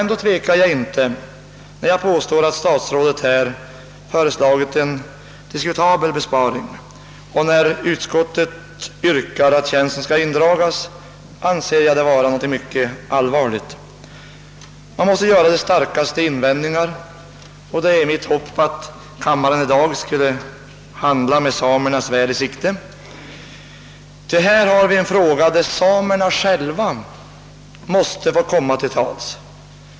Ändå tvekar jag inte när jag påstår att statsrådet här föreslagit en diskutabel besparing och när utskottet yrkar att tjänsten skall indras anser jag det vara mycket allvarligt. Jag måste göra de starkaste invändningar mot detta förslag och mitt hopp är, att kammaren i dag skall handla med samernas väl i sikte. Detta är nämligen en fråga, där samerna själva måste få komma till tals.